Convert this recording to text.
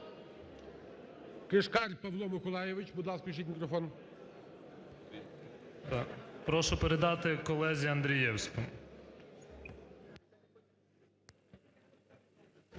Прошу передати колезі Андрієвському.